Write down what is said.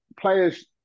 players